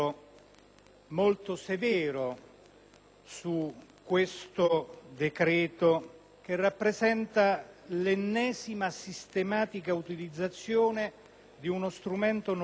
su questo decreto che rappresenta l'ennesima e sistematica utilizzazione di uno strumento normativo, per sua natura temporanea,